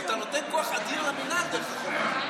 אתה נותן כוח אדיר למינהל דרך החוק.